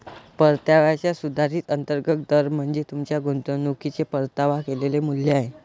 परताव्याचा सुधारित अंतर्गत दर म्हणजे तुमच्या गुंतवणुकीचे परतावा केलेले मूल्य आहे